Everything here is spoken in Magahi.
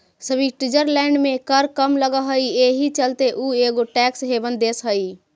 स्विट्ज़रलैंड में कर कम लग हई एहि चलते उ एगो टैक्स हेवन देश हई